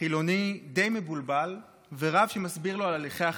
חילוני די מבולבל ורב שמסביר לו על הליכי החתונה.